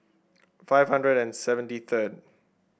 five hundred and seventy third